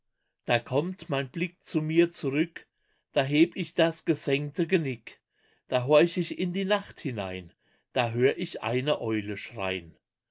da kommt mein blick zu mir zurück da heb ich das gesenkte genick da horch ich in die nacht hinein da hör ich eine eule schrei'n